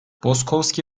boskovski